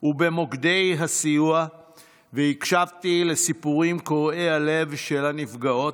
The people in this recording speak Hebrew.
ובמוקדי הסיוע והקשבתי לסיפורים קורעי הלב של הנפגעות,